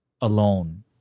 alone